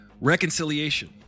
Reconciliation